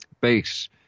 base